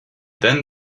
then